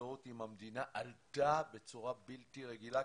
ההזדהות עם המדינה עלתה בצורה בלתי רגילה,